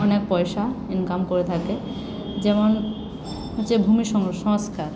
অনেক পয়সা ইনকাম করে থাকে যেমন হচ্ছে ভূমি সংস্কার